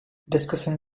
discussing